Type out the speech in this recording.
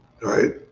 Right